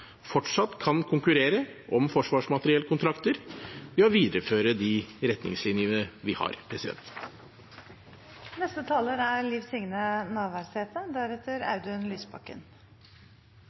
fortsatt kan konkurrere om forsvarsmateriellkontrakter ved å videreføre de retningslinjene vi har.